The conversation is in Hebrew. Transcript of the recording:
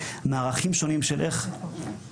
מערכים שונים של איך ללמד